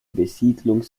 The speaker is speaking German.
besiedlung